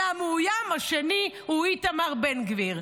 אלא המאוים השני הוא איתמר בן גביר.